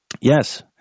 yes